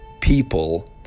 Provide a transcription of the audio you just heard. people